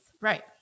Right